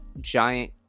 giant